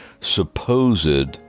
supposed